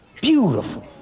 beautiful